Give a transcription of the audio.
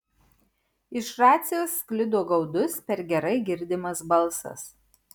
iš racijos sklido gaudus per gerai girdimas balsas